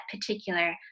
particular